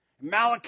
Malachi